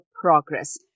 progress